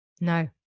No